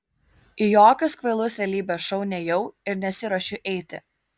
į jokius kvailus realybės šou nėjau ir nesiruošiu eiti